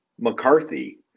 McCarthy